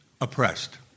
oppressed